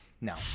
No